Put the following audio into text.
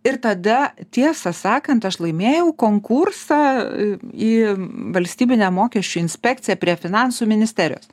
ir tada tiesą sakant aš laimėjau konkursą į valstybinę mokesčių inspekciją prie finansų ministerijos